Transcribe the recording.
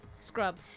scrub